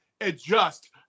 adjust